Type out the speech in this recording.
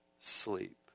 sleep